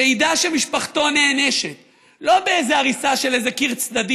שידע שמשפחתו נענשת לא באיזו הריסה של איזה קיר צדדי,